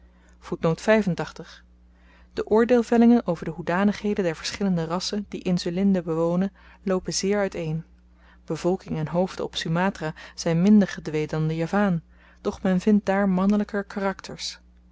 de oordeelvellingen over de hoedanigheden der verschillende rassen die insulinde bewonen loopen zeer uit-een bevolking en hoofden op sumatra zyn minder gedwee dan de javaan doch men vindt daar mannelyker karakters